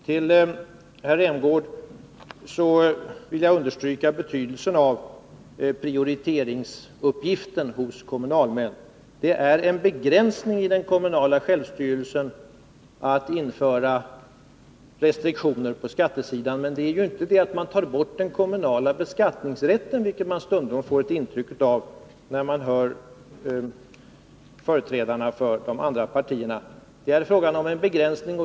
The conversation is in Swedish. För herr Rämgård vill jag understryka betydelsen av prioriteringsuppgiften hos kommunalmän. Det är en begränsning i den kommunala självstyrelsen att införa restriktioner på skattesidan. Men det är ju inte fråga om att ta bort den kommunala beskattningsrätten, vilket man stundom får ett intryck av när man hör företrädarna för de andra partierna. Det är fråga om en begränsning.